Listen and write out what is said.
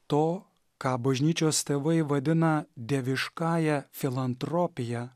to ką bažnyčios tėvai vadina dieviškąja filantropija